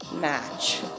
match